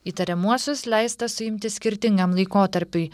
įtariamuosius leista suimti skirtingam laikotarpiui